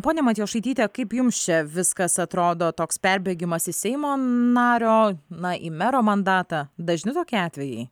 ponia matjošaityte kaip jums čia viskas atrodo toks perbėgimas iš seimo nario na į mero mandatą dažni tokie atvejai